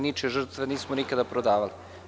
Ničije žrtve nikada nismo prodavali.